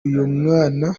uyumwana